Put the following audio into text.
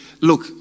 look